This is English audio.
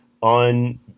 on